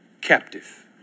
captive